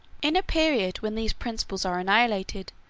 in a period when these principles are annihilated,